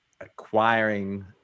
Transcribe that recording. acquiring